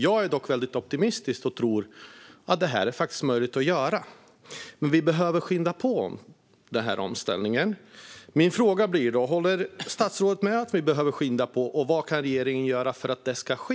Jag är dock väldigt optimistisk och tror att det faktiskt är möjligt, men vi behöver skynda på omställningen. Min fråga blir då: Håller statsrådet med om att vi behöver skynda på, och vad kan regeringen göra för att det ska ske?